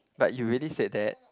but you already said that